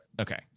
Okay